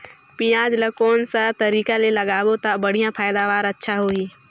पियाज ला कोन सा तरीका ले लगाबो ता बढ़िया पैदावार अच्छा होही?